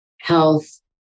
health